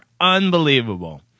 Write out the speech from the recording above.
unbelievable